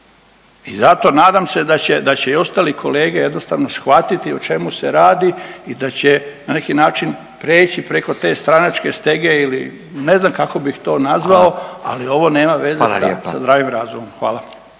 i zato, nadam se da će i ostali kolege jednostavno shvatiti o čemu se radi i da će na neki način preći preko te stranačke stege ili ne znam kako bih to nazvao, .../Upadica: Hvala./... ali ovo nema veze sa zdravim razumom. Hvala.